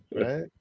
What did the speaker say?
Right